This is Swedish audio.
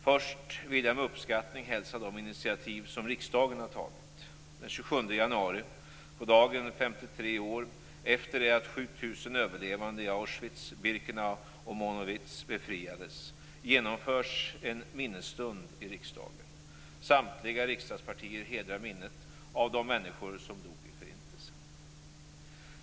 Först vill jag med uppskattning hälsa de initiativ som riksdagen har tagit. överlevande i Auschwitz, Birkenau och Monowits befriades - genomförs en minnesstund i riksdagen. Samtliga riksdagspartier hedrar minnet av de människor som dog i Förintelsen.